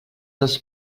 dels